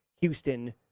Houston